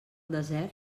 desert